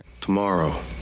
Tomorrow